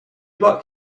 bought